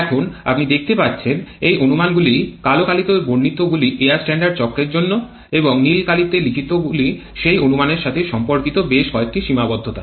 এখন আপনি দেখতে পাচ্ছেন এই অনুমানগুলিই কালো কালিতে বর্ণিত গুলি এয়ার স্ট্যান্ডার্ড চক্রের জন্য এবং নীল কালিতে লিখিতগুলি সেই অনুমানের সাথে সম্পর্কিত বেশ কয়েকটি সীমাবদ্ধতা